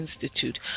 Institute